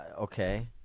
okay